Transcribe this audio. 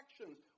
actions